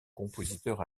compositeur